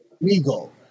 legal